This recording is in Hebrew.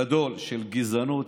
גדול, של גזענות.